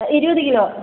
ഇരുപത് കിലോ